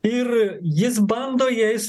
ir jis bando jais